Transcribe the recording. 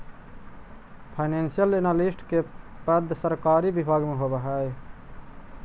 financial analyst के पद सरकारी विभाग में होवऽ हइ